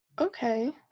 okay